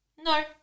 No